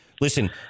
Listen